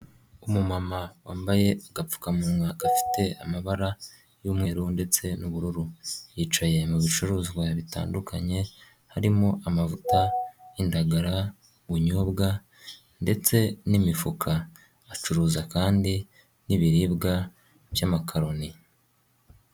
Umumama wambaye agapfukamunwa gafite amabara y'umweru ndetse n'ubururu, yicaye mu bicuruzwa bitandukanye, harimo amavuta, indagara, ubunyobwa ndetse n'imifuka, acuruza kandi n'ibiribwa by'amakaroni.